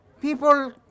People